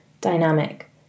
dynamic